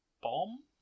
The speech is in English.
bomb